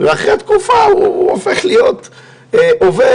ואחרי תקופה הוא הופך להיות במקום